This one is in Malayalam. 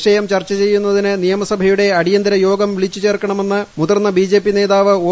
വിഷയം ചർച്ച ചെയ്യുന്നതിന് നിയമസഭയുടെ മലപ്പുറത്ത് അടിയന്തിരയോഗം വിളിച്ചു ചേർക്കണമെന്ന് മുതിർന്ന ബിജെപി നേതാവ് ഒ